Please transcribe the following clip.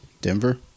Denver